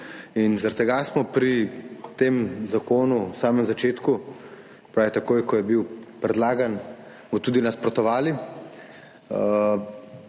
tega smo pri tem zakonu v samem začetku, se pravi takoj, ko je bil predlagan, mu tudi nasprotovali,